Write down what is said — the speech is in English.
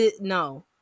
No